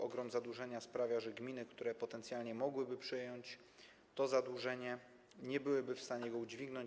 Ogrom zadłużenia sprawia, że gminy, które potencjalnie mogłyby przejąć to zadłużenie, nie byłyby w stanie go udźwignąć.